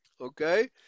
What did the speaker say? Okay